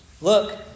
look